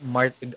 Martin